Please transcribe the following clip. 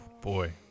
Boy